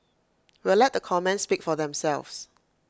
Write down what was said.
we'll let the comments speak for themselves